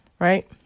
right